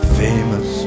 famous